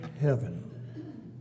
heaven